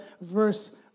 verse